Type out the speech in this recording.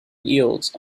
yields